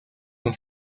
con